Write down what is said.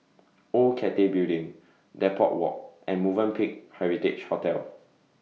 Old Cathay Building Depot Walk and Movenpick Heritage Hotel